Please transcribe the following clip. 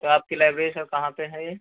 तो आपकी library sir कहाँ पर है ये